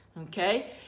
Okay